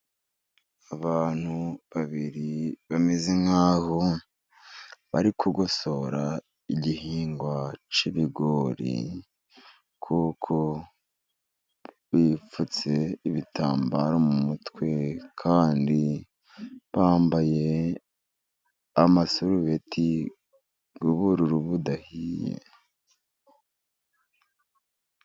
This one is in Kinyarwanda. Abantu babiri bameze nkaho bari kugosora igihingwa cy'ibigori kuko bipfutse ibitambaro mu mutwe kandi bambaye amasarubeti y'ubururu budahiye.